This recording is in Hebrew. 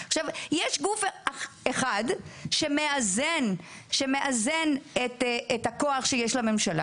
יש גוף אחד שמאזן את הכוח שיש לממשלה